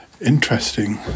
Interesting